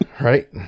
right